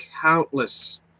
countless